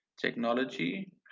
technology